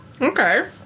Okay